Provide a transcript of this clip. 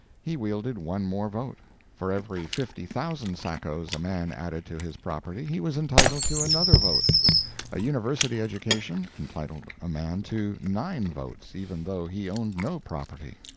he wielded one more vote for every fifty thousand sacos a man added to his property, he was entitled to another vote a university education entitled a man to nine votes, even though he owned no property.